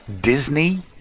disney